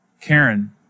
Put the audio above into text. Karen